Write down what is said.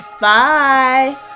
Bye